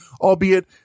albeit